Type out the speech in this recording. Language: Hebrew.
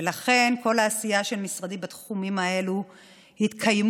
ולכן כל העשייה של משרדי בתחומים האלה יתקיימו